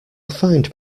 find